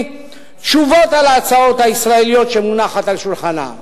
תשובות על ההצעות הישראליות שמונחות על שולחנם.